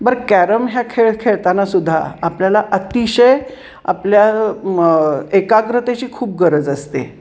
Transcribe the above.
बरं कॅरम हा खेळ खेळतानासुद्धा आपल्याला अतिशय आपल्या एकाग्रतेची खूप गरज असते